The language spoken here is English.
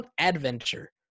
adventure